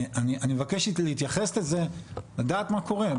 אני מבקש להתייחס לזה, לדעת מה קורה.